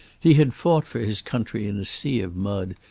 he had fought for his country in a sea of mud,